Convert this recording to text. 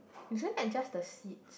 is it like just the seat